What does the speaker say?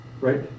Right